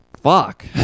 fuck